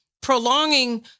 prolonging